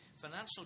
financial